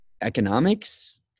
economics